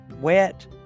wet